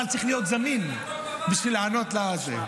אבל צריך להיות זמין בשביל לענות לזה.